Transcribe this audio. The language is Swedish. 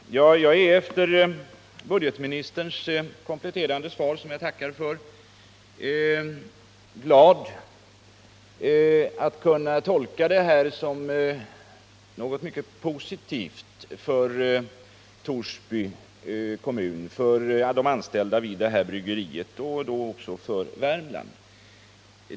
Herr talman! Jag är efter budgetministerns kompletterande svar, som jag tackar för, glad att kunna tolka det som mycket positivt för Torsby kommun, för de anställda vid det här bryggeriet och då också för Värmland.